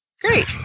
Great